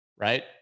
right